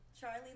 charlie